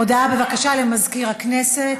הודעה למזכיר הכנסת.